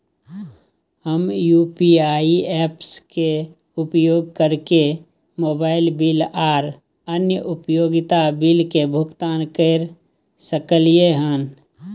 हम UPI apps के उपयोग कैरके मोबाइल बिल आर अन्य उपयोगिता बिल के भुगतान कैर सकलिये हन